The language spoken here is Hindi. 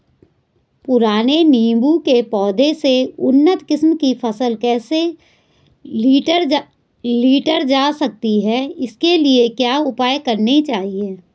पुराने नीबूं के पौधें से उन्नत किस्म की फसल कैसे लीटर जा सकती है इसके लिए क्या उपाय करने चाहिए?